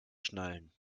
schnallen